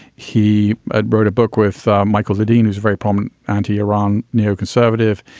he ah wrote a book with michael ledeen, who's a very prominent anti-iran neoconservative.